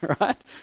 right